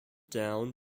down